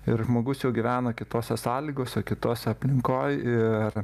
ir žmogus jau gyvena kitose sąlygose kitose aplinkoj ir